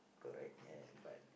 correct eh but